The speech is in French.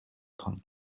trente